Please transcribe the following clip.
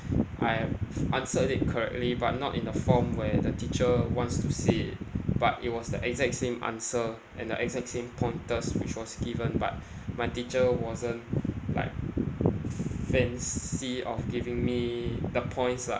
I've answered it correctly but not in the form where the teacher wants to see but it was the exact same answer and the exact same pointers which was given but my teacher wasn't like fancy of giving me the points lah